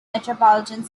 metropolitan